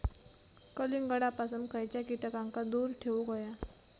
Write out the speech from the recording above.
कलिंगडापासून खयच्या कीटकांका दूर ठेवूक व्हया?